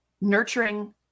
nurturing